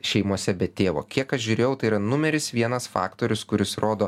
šeimose be tėvo kiek aš žiūrėjau tai yra numeris vienas faktorius kuris rodo